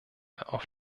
auf